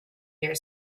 here